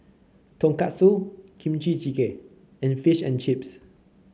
Tonkatsu Kimchi Jigae and Fish and Chips